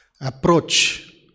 approach